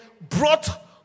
brought